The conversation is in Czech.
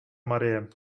marie